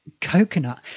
Coconut